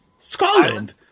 Scotland